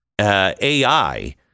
AI